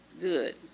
good